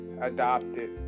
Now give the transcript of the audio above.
adopted